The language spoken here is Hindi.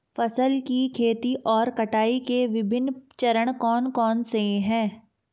फसल की खेती और कटाई के विभिन्न चरण कौन कौनसे हैं?